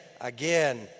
again